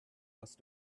must